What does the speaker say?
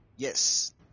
Yes